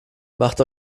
macht